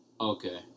Okay